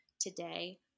today